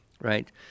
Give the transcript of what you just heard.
right